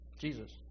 Jesus